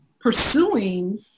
pursuing